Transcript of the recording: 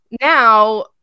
now